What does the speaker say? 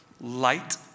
light